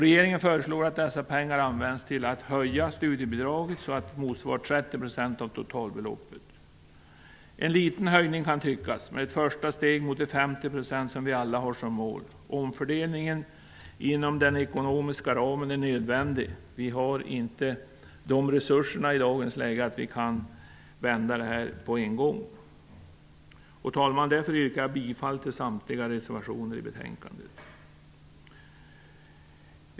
Regeringen föreslår att dessa pengar används till att höja studiebidraget, så att det motsvarar 30 % av totalbeloppet. Det kan tyckas vara en liten höjning, men det är ett första steg mot de 50 % som vi alla har som mål. Omfördelningen inom den ekonomiska ramen är nödvändig. Vi har inte sådana resurser i dagens läge att vi kan vända förhållandet på en gång. Herr talman! Jag yrkar bifall till samtliga reservationer i betänkandet.